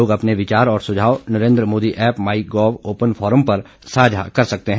लोग अपने विचार और सुझाव Narendra Modi app My Gov open forum पर साझा कर सकते हैं